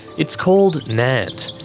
it's called nant,